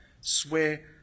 swear